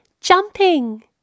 jumping